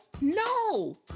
no